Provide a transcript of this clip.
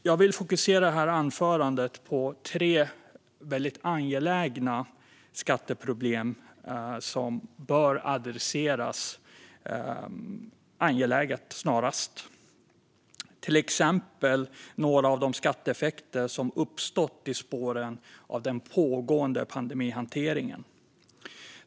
Jag vill i mitt anförande fokusera på tre skatteproblem som bör adresseras snarast, till exempel några av de skatteeffekter som uppstått i spåren av den pågående pandemihanteringen.